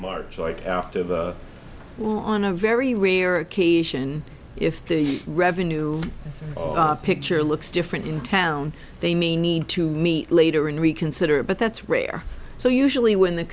march like well on a very rare occasion if the revenue picture looks different in town they may need to meet later in reconsider but that's rare so usually when the